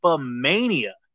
Mania